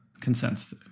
consents